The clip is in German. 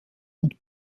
und